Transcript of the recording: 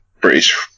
British